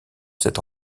cet